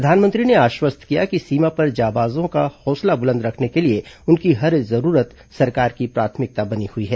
प्रधानमंत्री ने आश्वस्त किया कि सीमा पर जाबाजों का हौसला बुलंद रखने के लिए उनकी हर जरूरत सरकार की प्राथमिकता बनी हुई है